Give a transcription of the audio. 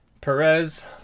Perez